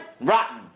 rotten